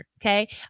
Okay